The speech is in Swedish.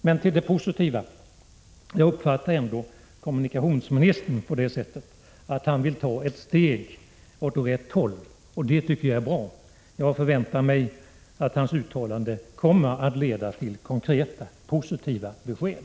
Men till det positiva: Jag uppfattar ändå kommunikationsministern så att han vill ta ett steg åt rätt håll, och det tycker jag är bra. Jag förväntar mig att hans uttalande kommer att leda till konkreta positiva besked.